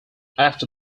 after